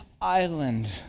island